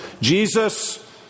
Jesus